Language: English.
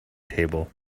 table